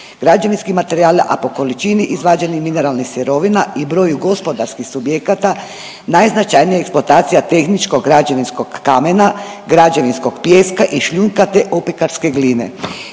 građevinski materijali, a po količini izvađenih mineralnih sirovina i broju gospodarskih subjekata najznačajnija je eksploatacija tehničkog građevinskog kamena, građevinskog pijeska i šljunka, ta opekarske gline.